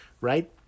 right